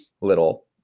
little